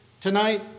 tonight